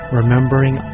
remembering